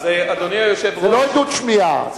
זאת לא עדות שמיעה.